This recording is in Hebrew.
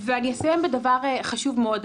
אני אסיים בדבר חשוב מאוד.